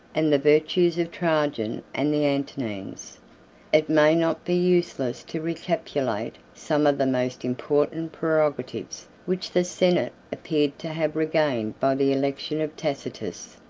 and the virtues of trajan and the antonines. it may not be useless to recapitulate some of the most important prerogatives which the senate appeared to have regained by the election of tacitus.